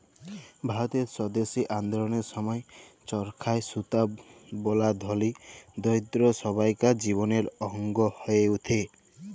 ভারতের স্বদেশী আল্দললের সময় চরখায় সুতা বলা ধলি, দরিদ্দ সব্বাইকার জীবলের অংগ হঁয়ে উঠে